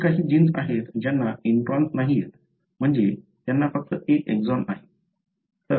असे काही जीन्स आहेत ज्यात इंट्रोन्स नाहीत म्हणजे त्यांना फक्त 1 एक्सॉन आहे